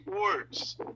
words